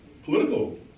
political